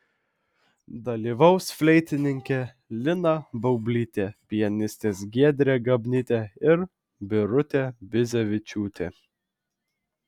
dalyvaus fleitininkė lina baublytė pianistės giedrė gabnytė ir birutė bizevičiūtė